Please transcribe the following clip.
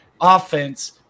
offense